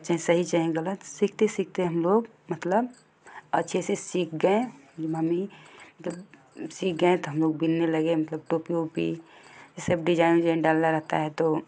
चाहे सही चाहे गलत सीखते सिखते हम लोग मतलब अच्छे से सिख गए मम्मी सिख गए तो हम लोग बुनने लगे मतलब टोपी ओपी ये सब डिजाईन उजाईन डालना रहता है तो